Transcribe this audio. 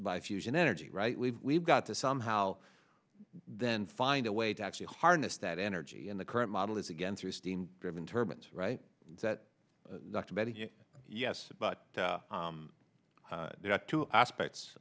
by fusion energy rightly we've got to somehow then find a way to actually harness that energy and the current model is again through steam driven turbans right that dr betty yes but there are two aspects